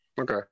Okay